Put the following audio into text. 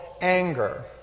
anger